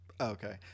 Okay